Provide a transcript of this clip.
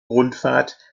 rundfahrt